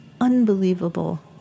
unbelievable